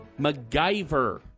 MacGyver